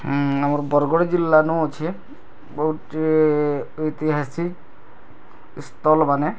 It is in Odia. ହୁଁ ଆମର୍ ବରଗଡ଼୍ ଜିଲ୍ଲାନୁ ଅଛେ ବହୁତ୍ ଐତିହାସିକ୍ ଇସ୍ତଲ୍ମାନେ